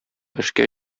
эшкә